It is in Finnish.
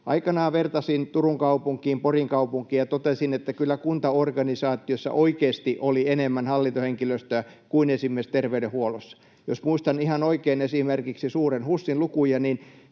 Aikanaan vertasin Turun kaupunkiin, Porin kaupunkiin, ja totesin, että kyllä kuntaorganisaatiossa oikeasti oli enemmän hallintohenkilöstöä kuin esimerkiksi terveydenhuollossa. Jos muistan ihan oikein esimerkiksi suuren HUSin lukuja, niin